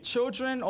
Children